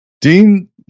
Dean